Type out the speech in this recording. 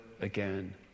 again